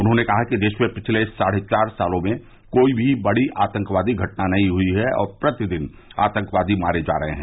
उन्होंने कहा कि देश में पिछले साढ़े चार सालों में कोई भी बड़ी आतंकवादी घटना नहीं हई है और प्रतिदिन आतंकवादी मारे जा रहे है